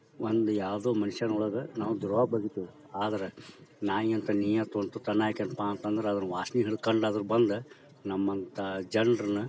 ಒಂದು ಯಾವುದೋ ಮನುಷ್ಯನೊಳಗ ನಾವು ದುರಾ ಬಂತು ಆದರೆ ನಾಯಿಯಂಥ ನೀಯತ್ತು ಒಂದು ತುತ್ತು ಅನ್ನ ಹಾಕಿತ್ಪಾ ಅಂತಂದ್ರೆ ಅದ್ರ ವಾಸ್ನೆ ಹಿಡ್ಕೊಂಡಾದ್ರೂ ಬಂದು ನಮ್ಮಂಥ ಜನರನ್ನ